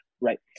right